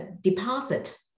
deposit